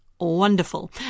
wonderful